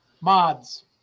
Mods